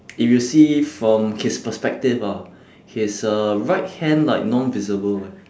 if you see from his perspective ah his uh right hand like non visible eh